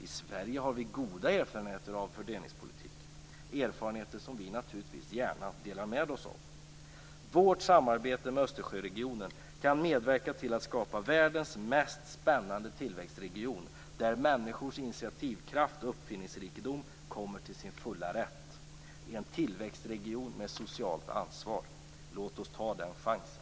I Sverige har vi goda erfarenheter av fördelningspolitik; erfarenheter som vi naturligtvis gärna delar med oss av. Vårt samarbete med Östersjöregionen kan medverka till att skapa världens mest spännande tillväxtregion, där människors initiativkraft och uppfinningsrikedom kommer till sin fulla rätt - en tillväxtregion med socialt ansvar. Låt oss ta den chansen!